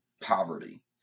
poverty